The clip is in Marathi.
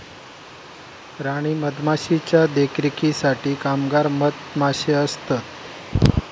राणी मधमाशीच्या देखरेखीसाठी कामगार मधमाशे असतत